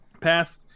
path